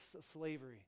slavery